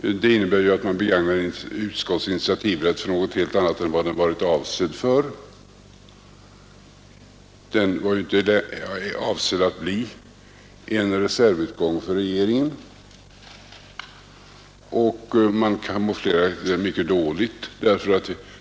Det innebär ju att man begagnar utskottens initiativrätt för något helt annat än vad den varit avsedd för; den är inte avsedd att bli en reservutgång för regeringen. Och man kamouflerar detta mycket dåligt.